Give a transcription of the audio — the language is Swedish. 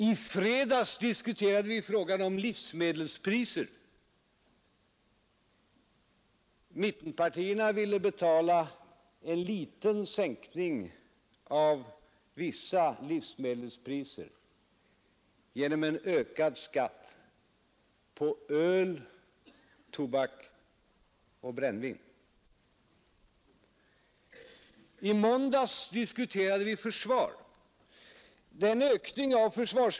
I fredags diskuterade vi frågan om livsmedelspriser. Mittenpartierna ville betala en liten sänkning av vissa livsmedelspriser genom en ökad skatt på öl, tobak och brännvin. I måndags diskuterade vi försvarsfrågor.